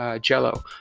jello